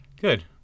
good